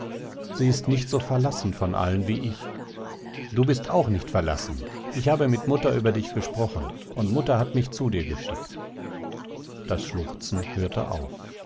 sie ist nicht so verlassen von allen wie ich du bist auch nicht verlassen ich habe mit mutter über dich gesprochen und mutter hat mich zu dir geschickt das schluchzen hörte auf